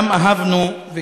במשך כל חיינו,